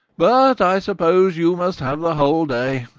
but i suppose you must have the whole day.